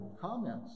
comments